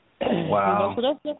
Wow